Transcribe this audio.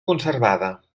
conservada